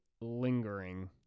lingering